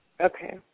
Okay